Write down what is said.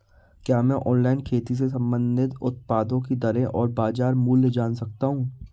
क्या मैं ऑनलाइन खेती से संबंधित उत्पादों की दरें और बाज़ार मूल्य जान सकता हूँ?